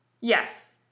Yes